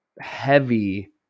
heavy